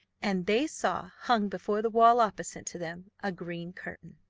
and they saw, hung before the wall opposite to them, a green curtain.